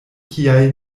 kiaj